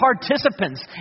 participants